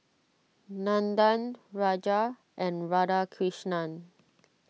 Nandan Raja and Radhakrishnan